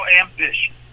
ambition